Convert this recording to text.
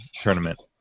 tournament